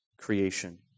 creation